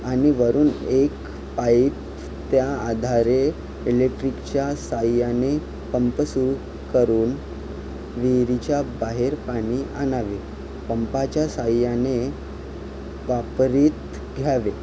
आणि वरून एक पाईप त्या आधारे इलेक्ट्रिकच्या साह्याने पंप सुरू करून विहिरीच्या बाहेर पाणी आणावे पंपाच्या साह्याने वापरीत घ्यावे